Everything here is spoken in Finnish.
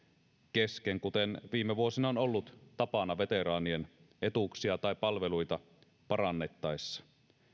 kesken kuten viime vuosina on ollut tapana veteraanien etuuksia tai palveluita parannettaessa